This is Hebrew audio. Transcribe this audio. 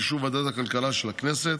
באישור ועדת הכלכלה של הכנסת,